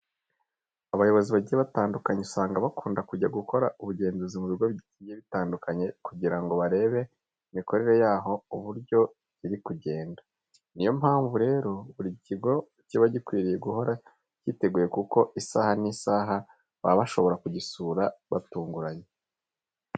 Abayobozi bagiye batandukanye usanga bakunda kujya gukora ubugenzuzi mu bigo bigiye bitandukanye kugira ngo barebe imikorere yaho uburyo iba iri kugenda. Ni yo mpamvu rero buri kigo kiba gikwiriye guhora cyiteguye kuko isaha n'isaha baba bashobora kugisura batunguranye.